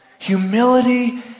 Humility